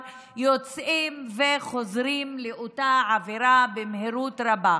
יוצאים וחוזרים לאותה עבירה במהירות רבה.